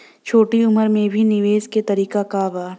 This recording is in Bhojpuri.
छोटी उम्र में भी निवेश के तरीका क बा?